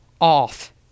off